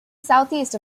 southeast